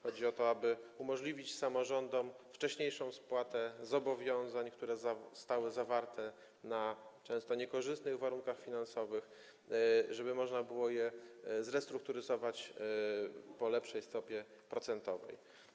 Chodzi o to, aby umożliwić samorządom wcześniejszą spłatę zobowiązań, które często były zawierane na niekorzystnych warunkach finansowych, żeby można było je zrestrukturyzować według lepszej stopy procentowej.